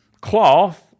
cloth